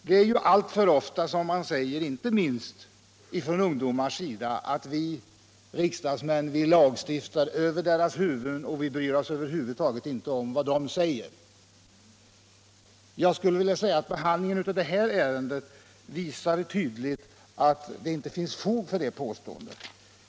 Det är alltför ofta som vi får höra, inte minst från ungdomars sida, att vi riksdagsmän lagstiftar över deras huvuden och inte alls bryr oss om vad de säger. Behandlingen av det här ärendet visar att det inte finns fog för det påståendet.